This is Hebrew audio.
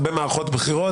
הרבה מערכות בחירות,